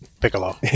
Piccolo